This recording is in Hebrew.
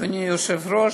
אדוני היושב-ראש,